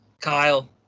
Kyle